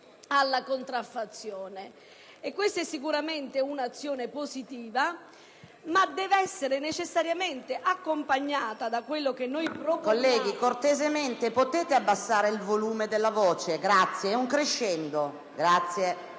alla contraffazione. Questa è sicuramente un'azione positiva, ma deve essere necessariamente accompagnata da quello che noi proponiamo...